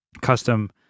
custom